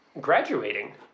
graduating